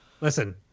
Listen